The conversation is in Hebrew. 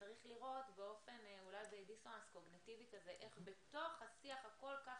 וצריך לראות אולי בדיסוננס קוגניטיבי כזה איך בתוך השיח הכול כך